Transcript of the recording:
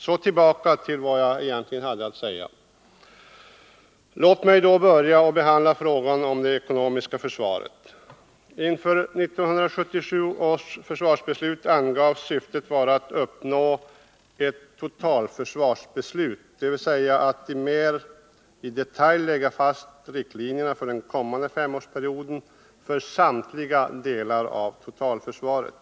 Så tillbaka till vad jag egentligen hade att säga! Låt mig då börja med att behandla frågan om det ekonomiska försvaret. Inför 1977 års försvarsbeslut angavs syftet vara att uppnå ett totalförsvarsbeslut, dvs. att mer i detalj lägga fast riktlinjerna för den kommande femårsperioden för samtliga delar av totalförsvaret.